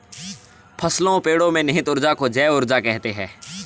फसलों पेड़ो में निहित ऊर्जा को जैव ऊर्जा कहते हैं